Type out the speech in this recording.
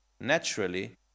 naturally